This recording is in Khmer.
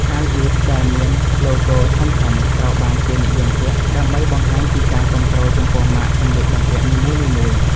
អាវយឺតដែលមានឡូហ្គោធំៗត្រូវបានគេនិយមពាក់ ដើម្បីបង្ហាញពីការគាំទ្រចំពោះម៉ាកសម្លៀកបំពាក់នីមួយៗ។